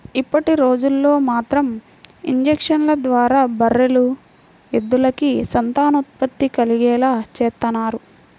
ఇప్పటిరోజుల్లో మాత్రం ఇంజక్షన్ల ద్వారా బర్రెలు, ఎద్దులకి సంతానోత్పత్తి కలిగేలా చేత్తన్నారు